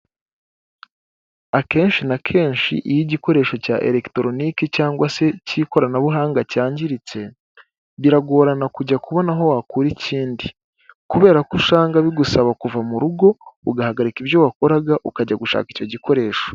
Akenshi na kenshi iyo igikoresho cya elegitoroniki cyangwa se cy'ikoranabuhanga cyangiritse biragorana kujya kubona aho wakura ikindi; kubera ko usanga bigusaba kuva mu rugo ugahagarika ibyo wakoraga ukajya gushaka icyo gikoresho.